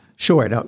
Sure